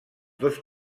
dos